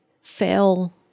fail